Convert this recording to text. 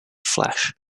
flesh